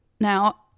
Now